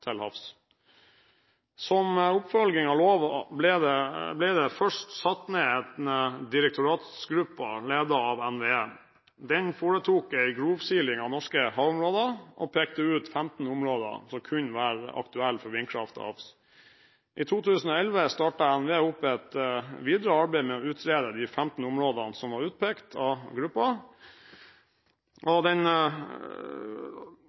Som oppfølging av loven ble det først satt ned en direktoratsgruppe, ledet av NVE. Den foretok en grovsiling av norske havområder og pekte ut 15 områder som kunne være aktuelle for vindkraft til havs. I 2011 startet NVE opp et videre arbeid med å utrede de 15 områdene som var utpekt av